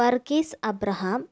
Varghese Abraham